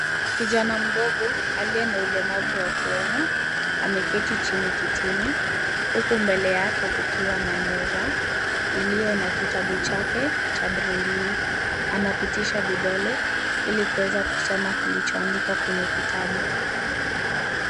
Kijana mdogo aliye na ulemavu wa kuona ameketi chini kitini, huku mbele yake kukiwa na meza, iliyo na kitabu chake cha braille . Anapitisha vidole ili kuweza kusoma kilichoandikwa kwenye kitabu.